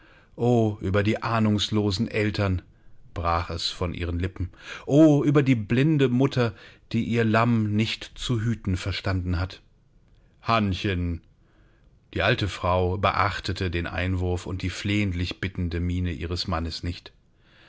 o über die ahnungslosen eltern brach es von ihren lippen o über die blinde mutter die ihr lamm nicht zu hüten verstanden hat hannchen die alte frau beachtete den einwurf und die flehentlich bittende miene ihres mannes nicht